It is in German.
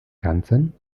ganzen